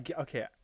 okay